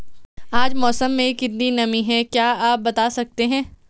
आज मौसम में कितनी नमी है क्या आप बताना सकते हैं?